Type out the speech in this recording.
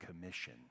Commission